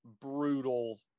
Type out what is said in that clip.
brutal